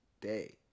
day